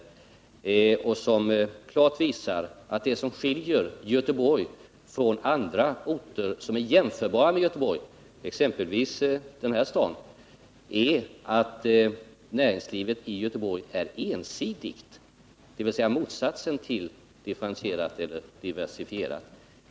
Utredningarna har klart visat att det som skiljer Göteborg från andra orter som är jämförbara med Göteborg, exempelvis Stockholm, är att näringslivet där är ensidigt, dvs. motsatsen till differentierat eller diversifierat.